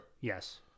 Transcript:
Yes